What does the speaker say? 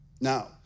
Now